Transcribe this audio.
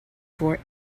for